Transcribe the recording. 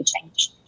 change